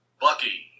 Bucky